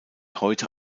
heute